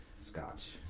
Scotch